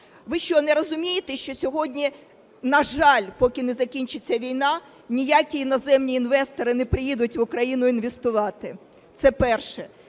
Ви що, не розумієте, що сьогодні, на жаль, поки не закінчиться війна, ніякі іноземні інвестори не приїдуть в Україну інвестувати? Це перше.